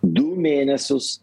du mėnesius